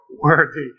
worthy